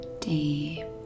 deep